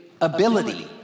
ability